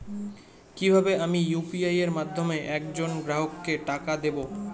কিভাবে আমি ইউ.পি.আই এর মাধ্যমে এক জন গ্রাহককে টাকা দেবো?